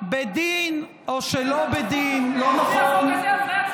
בדין או שלא בדין, לא נכון.